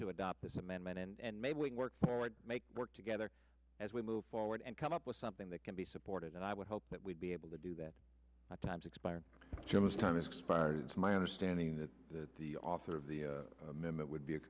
to adopt this amendment and maybe we can work make work together as we move forward and come up with something that can be supported and i would hope that we'd be able to do that at times expire gemma's time expired it's my understanding that the author of the man that would be it